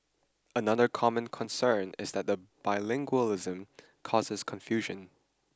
another common concern is that the bilingualism causes confusion